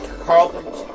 Carlton